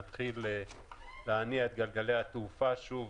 נתחיל להניע את גלגלי התעופה שוב.